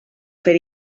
fer